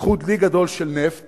לקחו דלי גדול של נפט